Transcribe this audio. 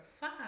five